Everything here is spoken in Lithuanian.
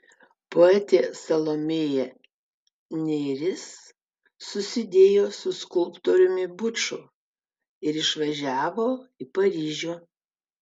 poetė salomėja nėris susidėjo su skulptoriumi buču ir išvažiavo į paryžių